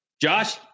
Josh